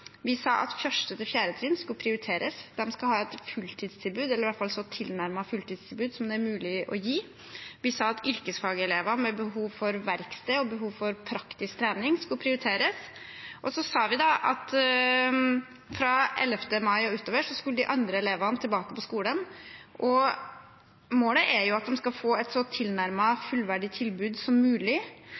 Vi sa at 1.–4. trinn skulle prioriteres. De skal ha et fulltidstilbud eller i hvert fall et så tilnærmet fulltidstilbud som det er mulig å gi. Vi sa at yrkesfagelever med behov for verksted og praktisk trening skulle prioriteres, og så sa vi at fra 11. mai og utover skulle de andre elevene tilbake på skolen. Målet er at de skal få et så tilnærmet fullverdig tilbud som mulig,